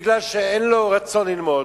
בגלל שאין לו רצון ללמוד,